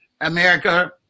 America